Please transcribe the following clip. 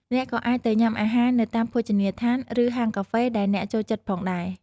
អ្នកក៏អាចទៅញ៉ាំអាហារនៅតាមភោជនីយដ្ឋានឬហាងកាហ្វេដែលអ្នកចូលចិត្តផងដែរ។